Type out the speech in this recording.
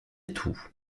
tout